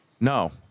no